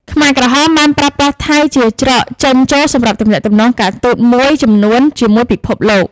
ខ្មែរក្រហមបានប្រើប្រាស់ថៃជាច្រកចេញចូលសម្រាប់ទំនាក់ទំនងការទូតមួយចំនួនជាមួយពិភពលោក។